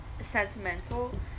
sentimental